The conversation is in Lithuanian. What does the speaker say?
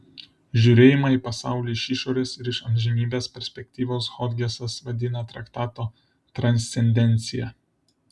žiūrėjimą į pasaulį iš išorės ir iš amžinybės perspektyvos hodgesas vadina traktato transcendencija